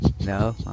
No